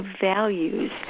values